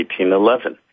1811